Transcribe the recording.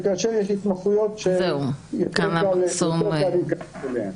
כאשר יש התמחויות שיותר קל להתקבל אליהן.